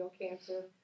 cancer